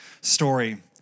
story